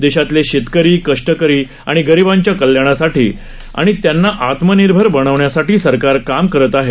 देशातले शेतकरी कष्टकरी आणि गरिबांच्या कल्याणासाठी आणि त्यांना आत्मनिर्भर बनवण्यासाठी सरकार काम करत आहे